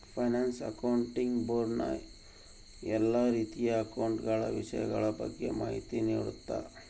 finance accounting board ನ ಎಲ್ಲಾ ರೀತಿಯ ಅಕೌಂಟ ಗಳ ವಿಷಯಗಳ ಬಗ್ಗೆ ಮಾಹಿತಿ ನೀಡುತ್ತ